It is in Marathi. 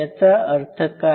याचा अर्थ काय